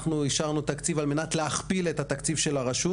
אנחנו אישרנו תקציב על מנת להכפיל את התקציב של הרשות.